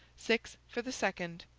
six for the second,